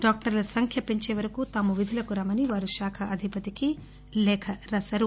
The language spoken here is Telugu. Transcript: డాక్టర్ల సంఖ్య పెంచేవరకు తాము విధులకు రాబోమని వారు శాఖ అధిపతికి లేఖ రాశారు